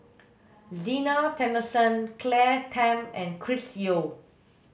Zena Tessensohn Claire Tham and Chris Yeo